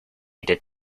did